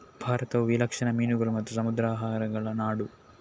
ಭಾರತವು ವಿಲಕ್ಷಣ ಮೀನುಗಳು ಮತ್ತು ಸಮುದ್ರಾಹಾರಗಳ ನಾಡು